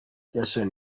jason